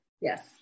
yes